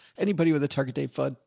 anybody with a target date. fid.